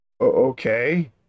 Okay